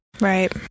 Right